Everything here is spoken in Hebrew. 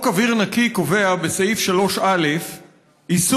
חוק אוויר נקי קובע בסעיף 3א איסור